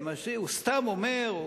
הוא סתם אומר,